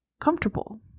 comfortable